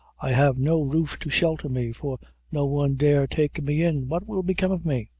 i have no roof to shelter me, for no one dare take me in. what will become of me